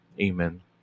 amen